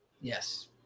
Yes